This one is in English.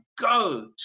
go